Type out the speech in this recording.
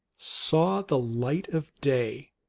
saw the light of day.